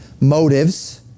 motives